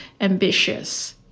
ambitious